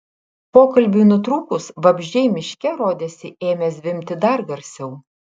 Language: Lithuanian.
pokalbiui nutrūkus vabzdžiai miške rodėsi ėmė zvimbti dar garsiau